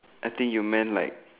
I think you meant like